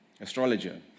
astrologer